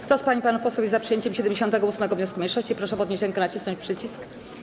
Kto z pań i panów posłów jest za przyjęciem 78. wniosku mniejszości, proszę podnieść rękę i nacisnąć przycisk.